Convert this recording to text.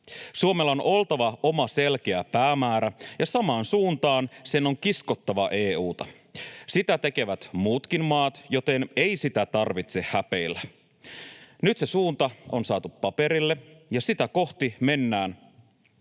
Suomella on oltava oma selkeä päämäärä, ja samaan suuntaan sen on kiskottava EU:ta. Sitä tekevät muutkin maat, joten ei sitä tarvitse häpeillä. Nyt se suunta on saatu paperille, ja sitä kohti mennään,